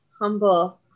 humble